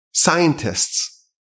scientists